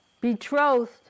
betrothed